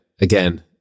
again